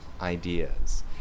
ideas